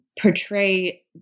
portray